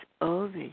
over